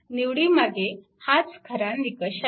निवडीमागे हाच खरा निकष आहे